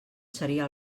seria